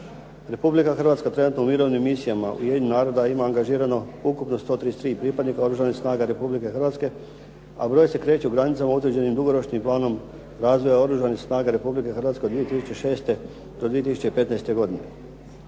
Republika Hrvatska trenutno u mirovnim misijama Ujedinjenih naroda ima angažirano ukupno 133 pripadnika Oružanih snaga Republike Hrvatske, a broj se kreće u granicama određenim Dugoročnim planom razvoja Oružanih snaga Republike Hrvatske 2006.-2015. godine.